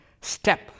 STEP